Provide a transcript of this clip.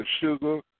sugar